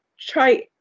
try